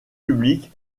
public